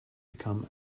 become